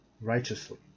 righteously